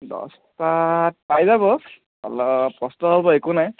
দচটাত পাই যাব অলপ কষ্ট হ'ব একো নাই